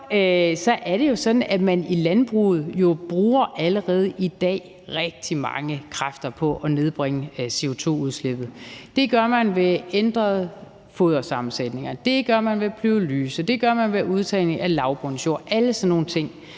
– er det jo sådan, at man i landbruget allerede i dag bruger rigtig mange kræfter på at nedbringe CO2-udslippet. Det gør man ved ændret fodersammensætning, det gør man ved pyrolyse, det gør man ved udtagning af lavbundsjorder og alle sådan nogle ting.